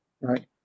right